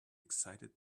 excited